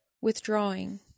withdrawing